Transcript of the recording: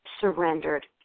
surrendered